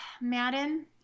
Madden